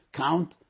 count